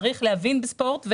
צריך להבין בספורט,